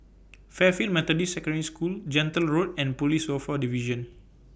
Fairfield Methodist Secondary School Gentle Road and Police Welfare Division